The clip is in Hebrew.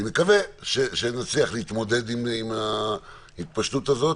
אני מקווה שנצליח להתמודד עם ההתפשטות הזאת,